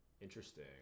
Interesting